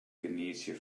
genietsje